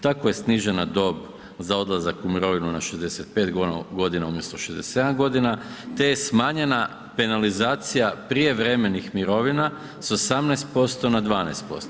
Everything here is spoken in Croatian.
Tako je snižena dob za odlazak u mirovinu na 65 godina umjesto 67 godina te je smanjena penalizacija prijevremenih mirovina s 18% na 12%